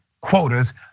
quotas